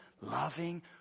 loving